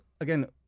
Again